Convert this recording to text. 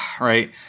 right